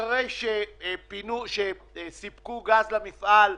אחרי שסיפקו גז למפעל,